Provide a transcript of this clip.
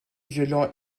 violent